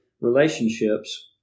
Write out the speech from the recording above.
relationships